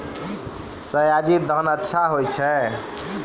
सयाजी धान अच्छा होय छै?